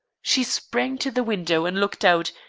she sprang to the window and looked out,